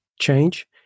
change